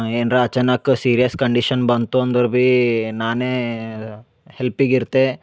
ಏನ್ರ ಅಚಾನಕ್ serious condition ಬಂತು ಅಂದ್ರ ಬೀ ನಾನೇ ಹೆಲ್ಫಿಗೆ ಇರ್ತೆ